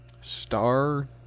Star